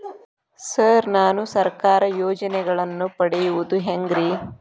Sir ನಾನು ಸರ್ಕಾರ ಯೋಜೆನೆಗಳನ್ನು ಪಡೆಯುವುದು ಹೆಂಗ್ರಿ?